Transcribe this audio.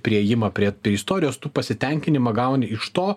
priėjimą prie istorijos tu pasitenkinimą gauni iš to